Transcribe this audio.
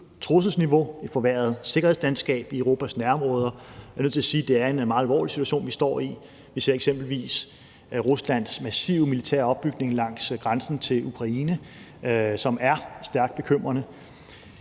trusselsniveau med et forværret sikkerhedslandskab i Europas nærområder. Jeg er nødt til at sige, at det er en meget alvorlig situation, vi står i. Vi ser eksempelvis Ruslands massive militære opbygning langs grænsen til Ukraine, som er stærkt bekymrende.